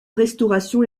restauration